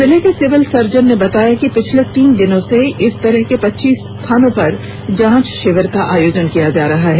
जिले के civil surgeon ने बताया कि पिछले तीन दिनों से इस तरह से पच्चीस स्थानों पर जांच षिविर का आयोजन किया जा रहा है